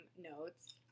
notes